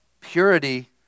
Purity